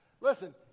Listen